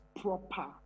proper